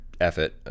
effort